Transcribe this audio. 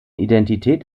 identität